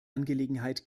angelegenheit